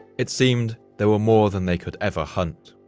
it seemed there were more than they could ever hunt.